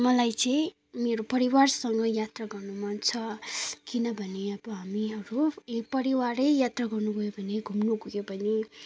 मलाई चाहिँ मेरो परिवारसँग यात्रा गर्न मन छ किनभने अब हामीहरू परिवारै यात्रा गर्नु गयौँ भने घुम्न गयौँ भने